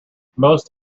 most